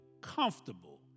comfortable